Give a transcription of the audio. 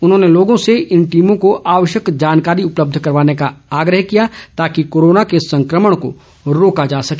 उन्होंने लोगों से इन टीमों को आवश्यक जानकारी उपलब्ध करवाने का आग्रह किया ताकि कोरोना के संक्रमण को फैलने से रोका जा सके